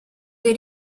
dei